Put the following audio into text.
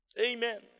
Amen